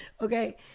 Okay